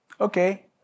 okay